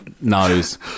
nose